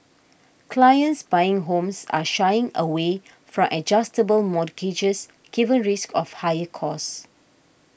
clients buying homes are shying away from adjustable mortgages given risks of higher costs